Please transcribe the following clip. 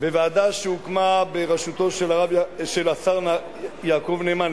וועדה שהוקמה בראשותו של השר יעקב נאמן,